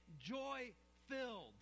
joy-filled